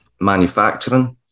manufacturing